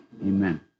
Amen